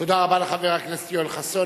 תודה רבה לחבר הכנסת יואל חסון.